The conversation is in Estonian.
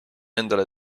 endale